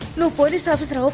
you know police officer?